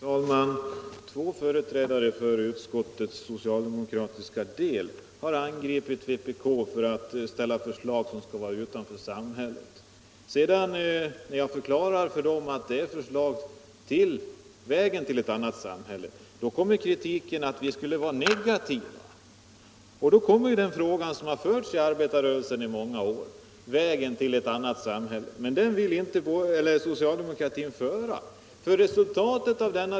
Herr talman! Två företrädare för utskottets socialdemokratiska del har angripit vpk för att ställa förslag som skulle stå utanför samhället. När jag förklarar för dem att det är förslag till vägen till ett annat samhälle, kommer kritiken för att vi skulle vara negativa. Det gäller ju den debatt som har förts i arbetarrörelsen i många år om vägen till ett annat samhälle, men den vill inte socialdemokratin föra.